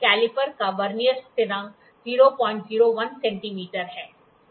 caliper का vernier स्थिरांक 001 centimetre है